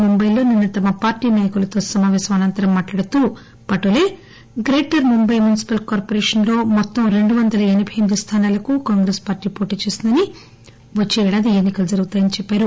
ముంబైలో నిన్న తమ పార్టీ నాయకులతో సమావేశమైన అనంతరం మాట్లాడుతూ Patole greater Mumbai municipal corporation లో మొత్తం రెండు వంద ఎనబై ఎనిమిది స్థానాలకు కాంగ్రెస్ పార్టీ వోటీ చేస్తుందని వచ్చే ఏడాది ఈ ఎన్ని కలు జరగనున్నా యని చెప్పారు